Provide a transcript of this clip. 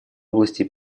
области